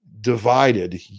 divided